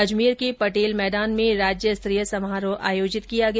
अजमेर के पटेल मैदान में राज्यस्तरीय समारोह आयोजित किया गया